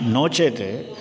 नो चेत्